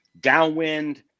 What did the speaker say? downwind